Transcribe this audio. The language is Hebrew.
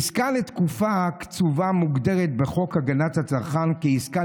עסקה לתקופה קצובה מוגדרת בחוק הגנת הצרכן כעסקה